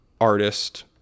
artist